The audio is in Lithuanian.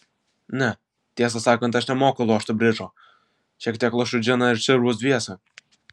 ne tiesą sakant aš nemoku lošti bridžo šiek tiek lošiu džiną ir čirvus dviese